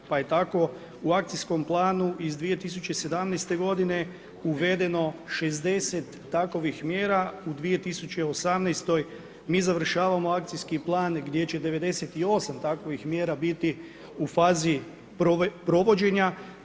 Pa je tako u akcijskom planu iz 2017. godine uvedeno 60 takvih mjera u 2018. mi završavamo akcijski plan gdje će '98. takvih mjera biti u fazi provođenja.